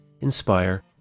inspire